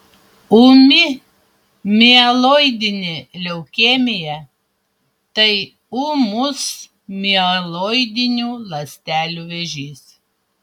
ūmi mieloidinė leukemija tai ūmus mieloidinių ląstelių vėžys